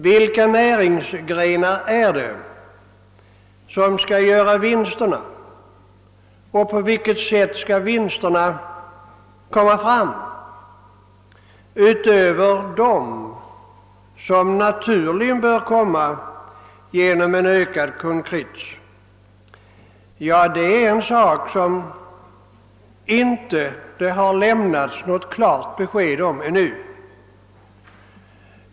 Vilka näringsgrenar är det som skall göra vinsterna, och på vilket sätt skall vinsterna, utöver dem som bör bli resultatet av en ökad kundkrets, komma fram? Om den saken har det ännu inte lämnats något besked.